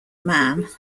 man